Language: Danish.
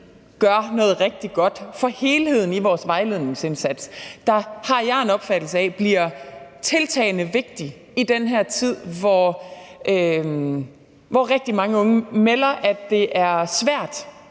gør noget rigtig godt for helheden i vores vejledningsindsats, der, har jeg en opfattelse af, bliver tiltagende vigtig i den her tid, hvor rigtig mange unge melder, at det er svært